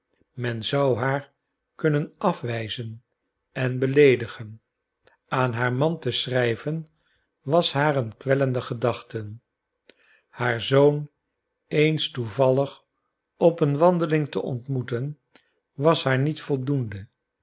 men zou haar kunnen afwijzen en beleedigen aan haar man te schrijven was haar een kwellende gedachte haar zoon eens toevallig op een wandeling te ontmoeten was haar niet voldoende